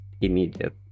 immediate